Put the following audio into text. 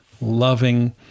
loving